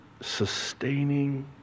sustaining